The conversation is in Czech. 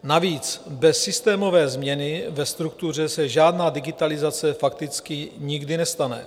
Navíc bez systémové změny ve struktuře se žádná digitalizace fakticky nikdy nestane.